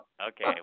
okay